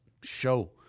show